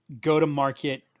go-to-market